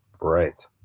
Right